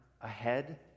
ahead